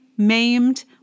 maimed